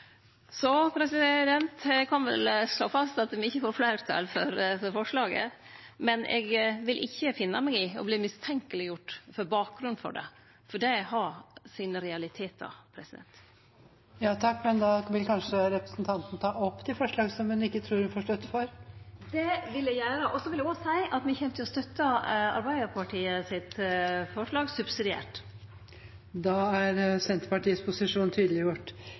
Eg kan vel slå fast at me ikkje får fleirtal for forslaget, men eg vil ikkje finne meg i å verte mistenkeleggjort for bakgrunnen for det, for det har sine realitetar. Men da vil kanskje representanten ta opp de forslag hun ikke tror hun får støtte for? Det vil eg gjere, og så vil eg òg seie at me subsidiært kjem til å støtte forslaget frå Arbeidarpartiet.